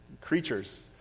creatures